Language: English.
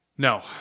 No